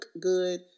good